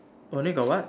only got what